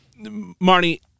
Marnie